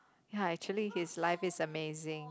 ya actually his life is amazing